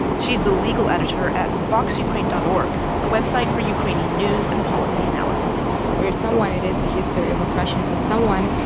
she's the legal editor at voxukraine dot org, a website for ukrainian news and policy analysis for someone, it is a history of oppression. for someone,